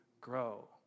grow